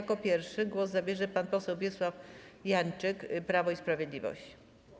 Jako pierwszy głos zabierze pan poseł Wiesław Janczyk, Prawo i Sprawiedliwość.